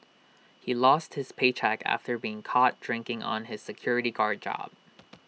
he lost his paycheck after being caught drinking on his security guard job